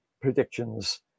predictions